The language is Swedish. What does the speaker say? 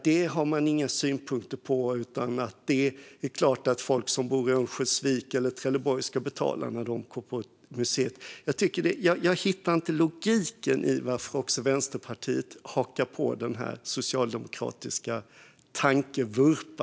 Det är tydligen självklart att de som bor i Örnsköldsvik eller Trelleborg ska betala när de går på museer. Jag hittar inte logiken i att Vänsterpartiet hakar på det som i mina ögon är en socialdemokratisk tankevurpa.